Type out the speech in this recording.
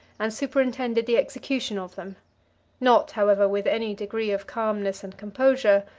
and superintended the execution of them not, however, with any degree of calmness and composure,